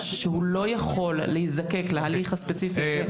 שהוא לא יכול להיזקק להליך הספציפי הזה,